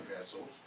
vessels